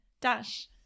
dash